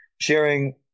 sharing